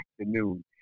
afternoon